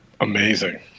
amazing